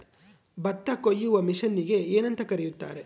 ಭತ್ತ ಕೊಯ್ಯುವ ಮಿಷನ್ನಿಗೆ ಏನಂತ ಕರೆಯುತ್ತಾರೆ?